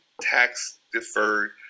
tax-deferred